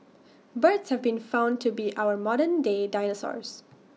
birds have been found to be our modern day dinosaurs